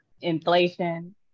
Inflation